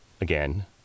again